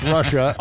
Russia